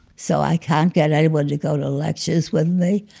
so i can't get anyone to go to lectures with me.